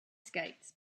skates